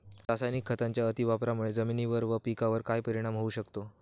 रासायनिक खतांच्या अतिवापराने जमिनीवर व पिकावर काय परिणाम होऊ शकतो?